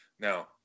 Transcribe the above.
Now